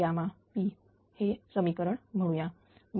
X बरोबर AX୮p हे समीकरण म्हणूया